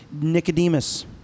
Nicodemus